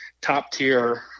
top-tier